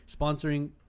sponsoring